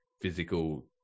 physical